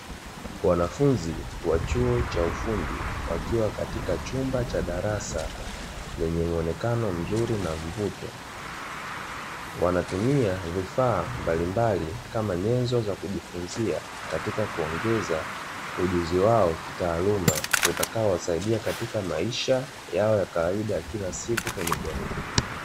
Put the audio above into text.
Wanafunzi wa chuo cha ufundi wakiwa katika chumba cha darasa lenye muonekano mzuri na mvuto, wanatumia vifaa mbalimbali kama nyenzo za kujifunza katika kuongeza ujuzi wao kitaaluma utakaowasaidia katika maisha yao ya kawaida kila siku kwenye jamii.